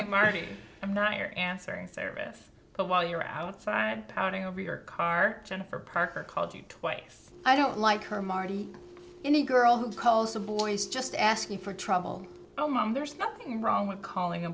oil marty i'm not here answering service but while you're outside pounding over your car jennifer parker called you twice i don't like her marty in the girl who calls the boys just asking for trouble oh mom there's nothing wrong with calling a